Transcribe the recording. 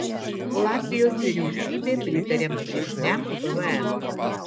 latvijos vyriausybė pritarė mažesniam pvm